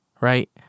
right